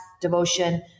devotion